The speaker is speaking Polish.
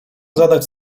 zadać